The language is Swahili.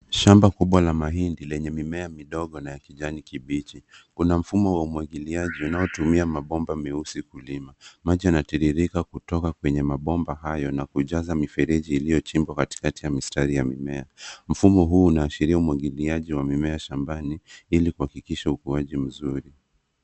Shamba kubwa la mahindi lenye mimea midogo na ya kijani kibichi. Kuna mfumo wa umwagiliaji unaotumia mabomba meusi kulima. Maji yanatiririka kutoka kwenye mabomba hayo na kujaza mifereji iliyochimbwa katikati ya mistari ya mimea. Mfumo huu unaashiria umwagiliaji wa mimea shambani ili kuhakikisha ukuaji mzuri.